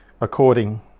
according